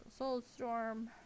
Soulstorm